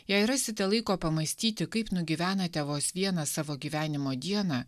jei rasite laiko pamąstyti kaip nugyvenate vos vieną savo gyvenimo dieną